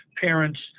parents